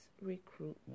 recruitment